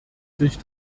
sich